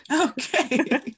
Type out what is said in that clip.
Okay